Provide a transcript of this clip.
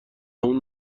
همون